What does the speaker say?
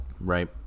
Right